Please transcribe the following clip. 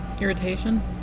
Irritation